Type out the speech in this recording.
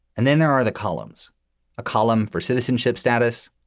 and then there are the columns a column for citizenship status,